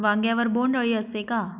वांग्यावर बोंडअळी असते का?